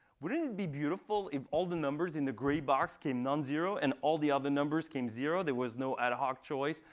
wouldn't it be beautiful if all the numbers in the gray box came non-zero and all the other numbers came zero there was no ad hoc choice.